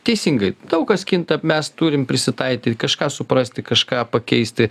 teisingai daug kas kinta mes turim prisitaiky kažką suprasti kažką pakeisti